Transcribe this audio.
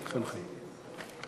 כבר ביקשתי ממנו.